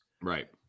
Right